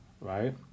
right